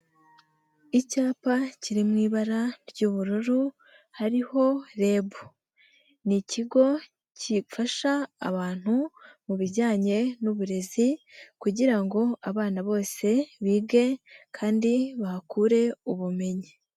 Icyapa kiri mu ibara ry'ubururu, hariho REB. Ni ikigo gifasha abantu mu bijyanye n'uburezi, kugira ngo abana bose bige, kandi bahakure ubumenyi.